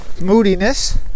moodiness